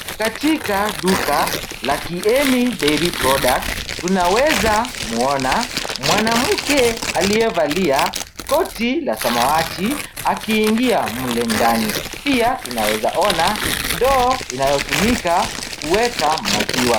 Katika duka la Kieni diary products, tunaweza muona mwanamke aliyevalia koti la samawati akiingia mle ndani. Pia, tunaweza ona ndoo inayotumika kuweka maziwa.